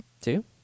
Two